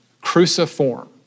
cruciform